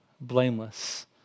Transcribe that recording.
blameless